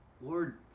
Lord